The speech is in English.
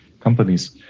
companies